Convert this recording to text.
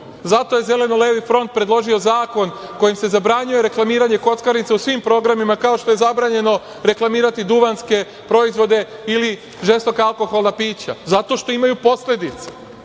je Zeleno levi front predložio zakon kojim se zabranjuje reklamiranje kockarnica u svim programima kao što je zabranjeno reklamirati duvanske proizvode ili žestoka alkoholna pića, zato što imaju posledice.